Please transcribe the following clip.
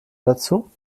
dazu